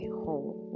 whole